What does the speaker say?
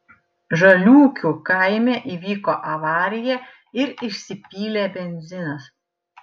žaliūkių kaime įvyko avarija ir išsipylė benzinas